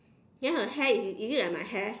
then her hair is it like my hair